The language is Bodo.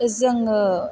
जोङो